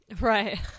right